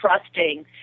trusting